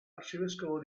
arcivescovo